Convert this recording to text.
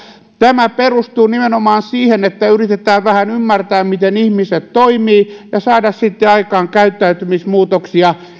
tämä perustuu nimenomaan siihen että yritetään vähän ymmärtää miten ihmiset toimivat ja saada sitten aikaan käyttäytymismuutoksia